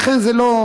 לכן זה לא.